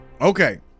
Okay